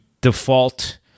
default